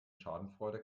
schadenfreude